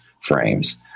frames